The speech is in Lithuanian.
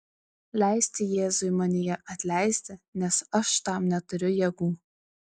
leisti jėzui manyje atleisti nes aš tam neturiu jėgų